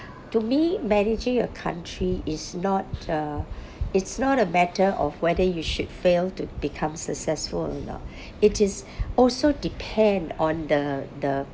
to me managing a country is not uh it's not a matter of whether you should fail to become successful you know it is also depend on the the